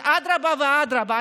אדרבה ואדרבה,